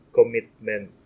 commitment